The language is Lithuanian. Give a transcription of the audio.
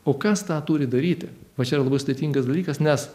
o kas tą turi daryti pačiam labai sudėtingas dalykas nes